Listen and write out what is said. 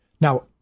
Now